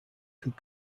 could